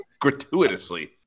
Gratuitously